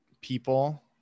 People